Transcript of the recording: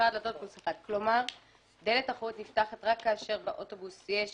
כלומר דלת אחורית נפתחת רק כאשר באוטובוס יש